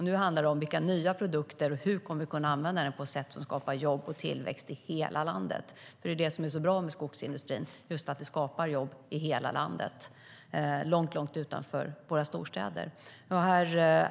Nu handlar det om hur vi kommer att kunna använda den på ett sätt som skapar jobb och tillväxt i hela landet. Det som är bra med skogsindustrin är ju att den skapar jobb i hela landet, långt utanför våra storstäder.